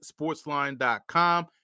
sportsline.com